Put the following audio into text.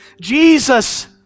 Jesus